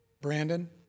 Brandon